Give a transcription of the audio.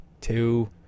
two